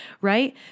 right